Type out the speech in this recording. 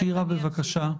שירה, בבקשה.